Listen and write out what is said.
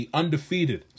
undefeated